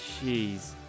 Jeez